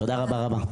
תודה רבה רבה.